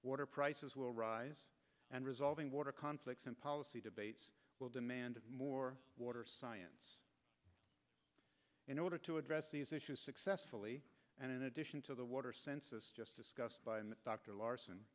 water prices will rise and resolving water conflicts and policy debates will demand more water science in order to address these issues successfully and in addition to the water senses just discussed by dr larson